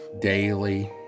daily